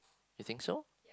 you think so